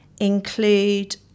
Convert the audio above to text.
include